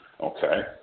Okay